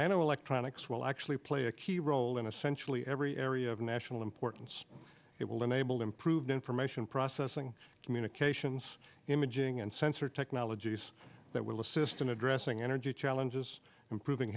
and electronics will actually play a key role in essentially every area of national importance it will enable improved information processing communications imaging and sensor technologies that will assist in addressing energy challenges improving